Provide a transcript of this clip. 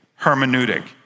hermeneutic